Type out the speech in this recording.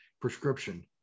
prescription